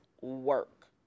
work